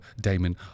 Damon